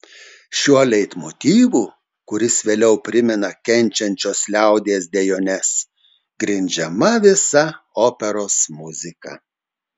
šiuo leitmotyvu kuris vėliau primena kenčiančios liaudies dejones grindžiama visa operos muzika